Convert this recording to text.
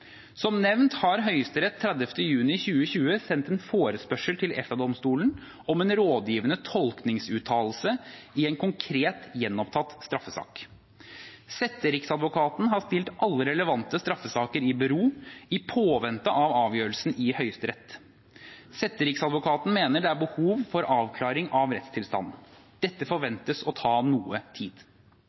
Som nevnt har Høyesterett 30. juni 2020 sendt en forespørsel til EFTA-domstolen om en rådgivende tolkningsuttalelse i en konkret gjenopptatt straffesak. Setteriksadvokaten har stilt alle relevante straffesaker i bero i påvente av avgjørelsen i Høyesterett. Setteriksadvokaten mener det er behov for avklaring av rettstilstanden. Dette forventes å ta noe tid.